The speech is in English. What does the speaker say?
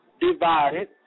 divided